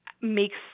makes